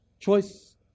choice